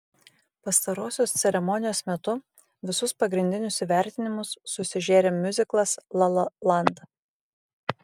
pastarosios ceremonijos metu visus pagrindinius įvertinimus susižėrė miuziklas la la land